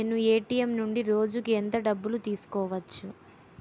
నేను ఎ.టి.ఎం నుండి రోజుకు ఎంత డబ్బు తీసుకోవచ్చు?